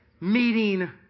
meeting